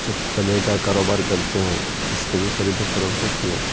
چپلے کا کاروبار کرتے ہیں اس کا بھی خرید و فروخت ہوتی ہے